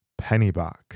pennyback